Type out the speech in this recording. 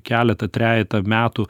keletą trejetą metų